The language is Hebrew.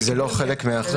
זה לא חלק מהחוק.